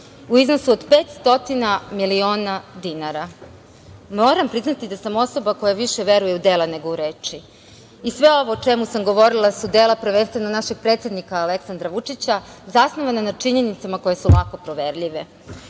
u iznosu od 500 miliona dinara. Moram priznati da sam osoba koja više veruje u dela nego u reči. I sve ovo o čemu sam govorila su dela prvenstveno našeg predsednika Aleksandra Vučića zasnovana na činjenicama koje su lako proverljive,